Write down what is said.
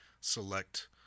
select